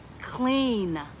clean